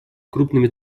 крупными